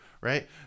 right